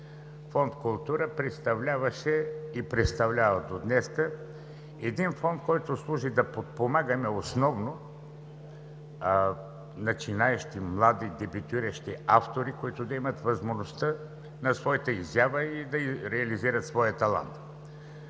Фонд „Култура“ представляваше и представлява един фонд, който служи да подпомагаме основно начинаещи млади дебютиращи автори, имащи възможността на своята изява и да реализират своя талант.